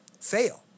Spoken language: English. fail